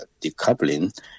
decoupling